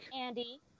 Andy